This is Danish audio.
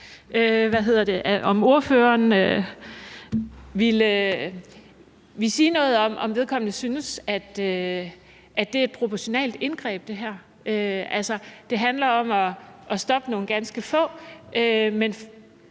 Alliance vil sige noget om, om vedkommende synes, at det her er et proportionalt indgreb. Altså, det handler om at stoppe nogle ganske få, men